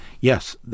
Yes